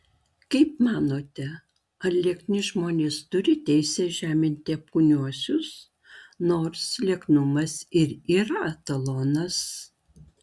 kaip manote ar liekni žmonės turi teisę žeminti apkūniuosius nors lieknumas ir yra etalonas